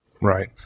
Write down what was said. Right